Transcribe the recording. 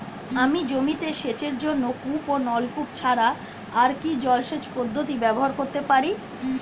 আমি জমিতে সেচের জন্য কূপ ও নলকূপ ছাড়া আর কি জলসেচ পদ্ধতি ব্যবহার করতে পারি?